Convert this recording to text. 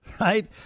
Right